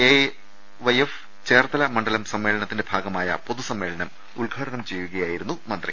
A I Y F Cherthala മണ്ഡലം സമ്മേളന ത്തിന്റെ ഭാഗമായ പൊതുസമ്മേളനം ഉദ്ഘാടനം ചെയ്യുകയായിരുന്നു മന്ത്രി